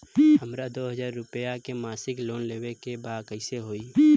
हमरा दो हज़ार रुपया के मासिक लोन लेवे के बा कइसे होई?